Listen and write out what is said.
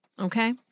Okay